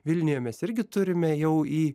vilniuje mes irgi turime jau į